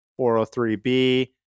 403b